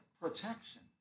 protection